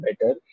better